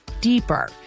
deeper